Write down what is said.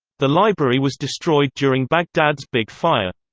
the library was destroyed during baghdad's big fire.